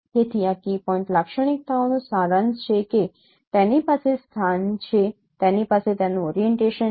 તેથી આ key point લાક્ષણિકતાઓનો સારાંશ છે કે તેની પાસે સ્થાન છે તેની પાસે તેનું ઓરીએન્ટેશન છે